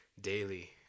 daily